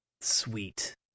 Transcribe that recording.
sweet